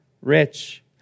rich